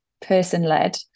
person-led